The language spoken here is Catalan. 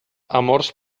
amors